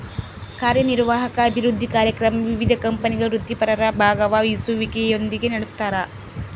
ಕಾರ್ಯನಿರ್ವಾಹಕ ಅಭಿವೃದ್ಧಿ ಕಾರ್ಯಕ್ರಮ ವಿವಿಧ ಕಂಪನಿಗಳ ವೃತ್ತಿಪರರ ಭಾಗವಹಿಸುವಿಕೆಯೊಂದಿಗೆ ನಡೆಸ್ತಾರ